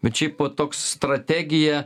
bet šiaip va toks strategija